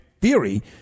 theory